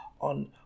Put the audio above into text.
on